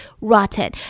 rotten